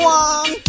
one